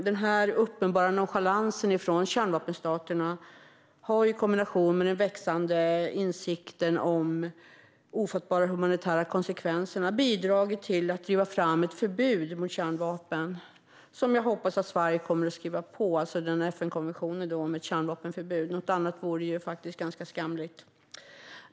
Denna uppenbara nonchalans från kärnvapenstaterna har, i kombination med den växande insikten om de ofattbara humanitära konsekvenserna, bidragit till att driva fram ett förbud mot kärnvapen, som jag hoppas att Sverige kommer att skriva på, alltså FN-konventionen om ett kärnvapenförbud. Något annat vore faktiskt ganska skamligt.